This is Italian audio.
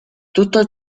tutto